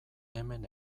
hemen